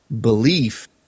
belief